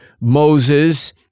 Moses